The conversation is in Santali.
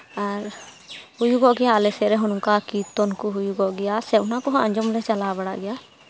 ᱟᱨ ᱦᱩᱭᱩᱜᱚᱜ ᱜᱮᱭᱟ ᱟᱞᱮ ᱥᱮᱫ ᱨᱮᱦᱚᱸ ᱱᱚᱝᱠᱟ ᱠᱤᱨᱛᱚᱱ ᱠᱚ ᱦᱩᱭᱩᱜᱚᱜ ᱜᱮᱭᱟ ᱥᱮ ᱚᱱᱟ ᱠᱚᱦᱚᱸ ᱟᱸᱡᱚᱢ ᱞᱮ ᱪᱟᱞᱟᱣ ᱵᱟᱲᱟᱜ ᱜᱮᱭᱟ